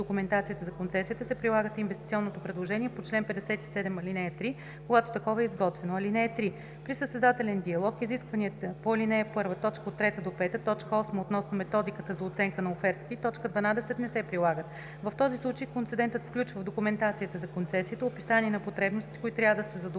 документацията за концесията се прилага инвестиционното предложение по чл. 57, ал. 3 – когато такова е изготвено. (3) При състезателен диалог изискванията по ал. 1, т. 3-5, т. 8 относно методиката за оценка на офертите и т. 12 не се прилагат. В този случай концедентът включва в документацията за концесията описание на потребностите, които трябва да се задоволят